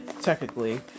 technically